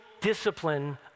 discipline